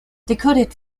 decoded